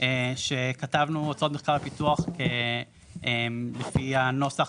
שכתבנו הוצאות מחקר ופיתוח לפי הנוסח